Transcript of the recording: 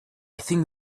think